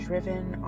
Driven